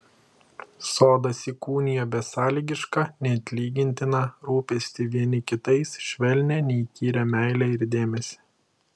sodas įkūnija besąlygišką neatlygintiną rūpestį vieni kitais švelnią neįkyrią meilę ir dėmesį